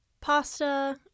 pasta